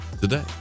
today